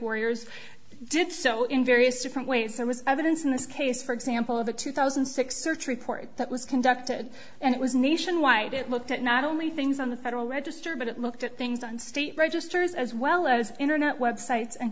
warriors did so in various different ways there was evidence in this case for example of a two thousand and six search report that was conducted and it was nationwide it looked at not only things on the federal register but it looked at things on state registers as well as internet websites and